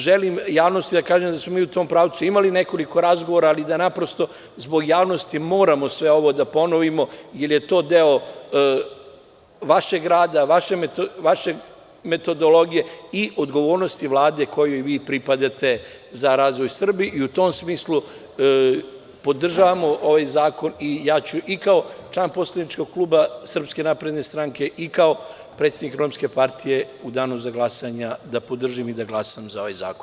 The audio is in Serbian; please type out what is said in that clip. Želim javnosti da kažem da smo mi u tom pravcu imali nekoliko razgovora, ali da naprosto zbog javnosti moramo sve ovo da ponovimo jel je to deo vašeg rada, vaše metodologije i odgovornosti Vlade kojoj vi pripadate za razvoj Srbije i u tom smislu podržavamo ovaj zakon i ja ću i kao član poslaničkog kluba SNS i kao predsednik Romske partije u danu za glasanje da podržim i da glasam za ovaj zakon.